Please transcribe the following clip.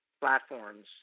platforms